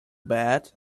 bad